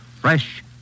fresh